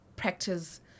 practice